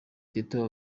tito